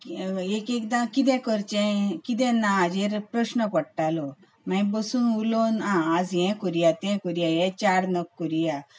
एक एकदां कितें करचें कितें करचें ना हाजेर प्रश्न पडटालो मागीर बसून उलोवन आं आज हें करुया तें करुया हे चार नग करुया